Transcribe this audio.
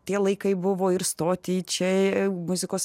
tie laikai buvo ir stotį į čia muzikos